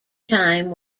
time